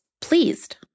pleased